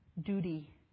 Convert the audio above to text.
duty